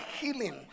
healing